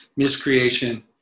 miscreation